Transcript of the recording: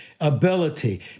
Ability